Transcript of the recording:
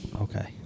Okay